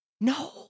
No